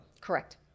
Correct